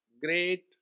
great